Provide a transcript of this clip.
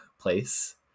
place